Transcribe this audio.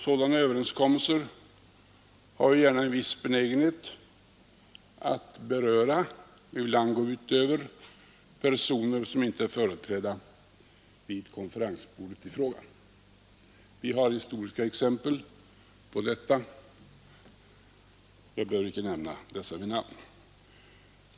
Sådana överenskommelser har ju en viss benägenhet att beröra och ibland gå ut över personer som inte är företrädda vid konferensbordet i fråga. Det finns historiska exempel på detta; jag behöver icke nämna dessa vid namn.